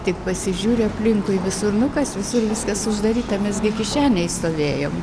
tik pasižiūri aplinkui visur nu kas visur viskas uždaryta mes gi kišenėj stovėjom